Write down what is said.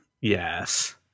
Yes